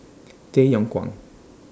Tay Yong Kwang